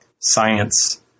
science